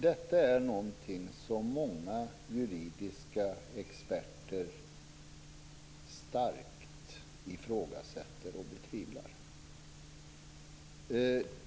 Detta är något som många juridiska experter starkt ifrågasätter och betvivlar.